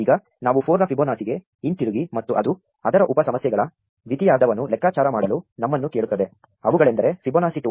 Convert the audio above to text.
ಈಗ ನಾವು 4 ರ ಫಿಬೊನಾಸಿಗೆ ಹಿಂತಿರುಗಿ ಮತ್ತು ಅದು ಅದರ ಉಪ ಸಮಸ್ಯೆಗಳ ದ್ವಿತೀಯಾರ್ಧವನ್ನು ಲೆಕ್ಕಾಚಾರ ಮಾಡಲು ನಮ್ಮನ್ನು ಕೇಳುತ್ತದೆ ಅವುಗಳೆಂದರೆ ಫೈಬೊನಾಚಿ 2